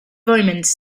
omens